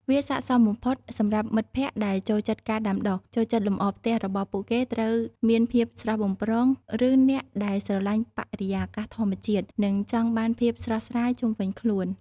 វាស័ក្តិសមបំផុតសម្រាប់មិត្តភក្តិដែលចូលចិត្តការដាំដុះ ចូលចិត្តលម្អផ្ទះរបស់ពួកគេឲ្យមានភាពស្រស់បំព្រង ឬអ្នកដែលស្រលាញ់បរិយាកាសធម្មជាតិ និងចង់បានភាពស្រស់ស្រាយជុំវិញខ្លួន។